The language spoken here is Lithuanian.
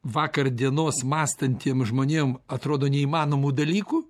vakar dienos mąstantiem žmonėm atrodo neįmanomų dalykų